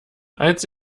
als